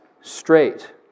straight